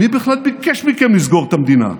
מי בכלל ביקש מכם לסגור את המדינה?